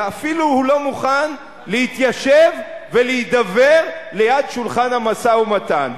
אלא הוא אפילו לא מוכן להתיישב ולהידבר ליד שולחן המשא-ומתן,